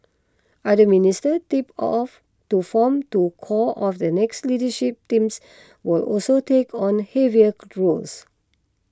other ministers tipped of to form to core of the next leadership team will also take on heavier roles